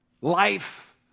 life